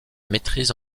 maitrise